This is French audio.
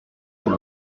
font